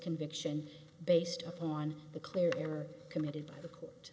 conviction based upon the clear error committed by the court